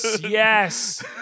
yes